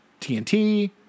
TNT